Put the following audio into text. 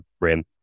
rim